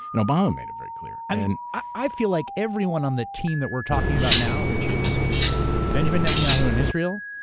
and obama made that very clear. i and i feel like everyone on the team that we're talking about now, which is benjamin netanyahu and israel,